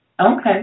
Okay